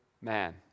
man